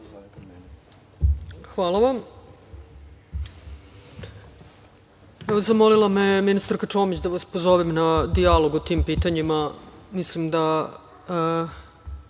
Hvala vam. Zamolila me je ministarka Čomić da vas pozovem na dijalog o tim pitanjima. Mislim da